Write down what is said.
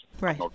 Right